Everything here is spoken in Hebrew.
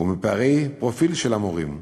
ומפערי פרופיל של המורים.